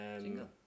jingle